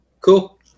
Cool